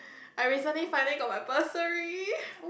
I recently finally got my bursary